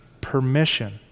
permission